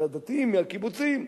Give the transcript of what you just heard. את הדתיים מהקיבוצים קיבלו,